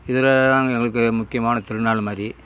இதில் தாங்க எங்களுக்கு முக்கியமான திருநாள் மாதிரி